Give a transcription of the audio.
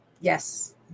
Yes